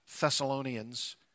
Thessalonians